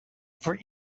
for